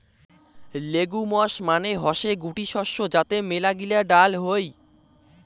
legumes মানে হসে গুটি শস্য যাতে মেলাগিলা ডাল হই